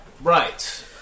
Right